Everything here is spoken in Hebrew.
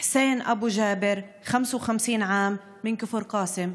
חוסיין אבו ג'אבר, 55, כפר קאסם.